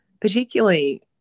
particularly